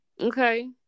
okay